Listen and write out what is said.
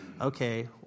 okay